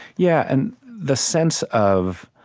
yeah, and the sense of